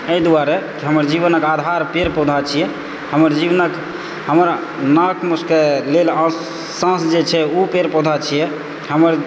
एहि दुआरे कि हमर जीवनक आधार पेड़ पौधा छियै हमर जीवनके हमर नाकके लेल साँस जे छै ओ पेड़ पौधा छियै हमर